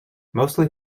mostly